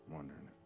Wondering